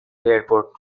airport